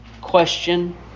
question